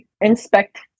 inspect